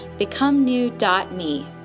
becomenew.me